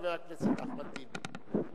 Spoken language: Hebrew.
חבר הכנסת אחמד טיבי.